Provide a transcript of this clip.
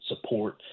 support